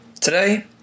Today